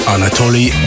Anatoly